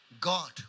God